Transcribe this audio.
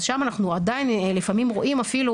אז שם אנחנו עדיין לפעמים רואים אפילו